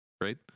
right